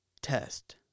test